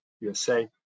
USA